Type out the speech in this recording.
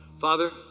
Father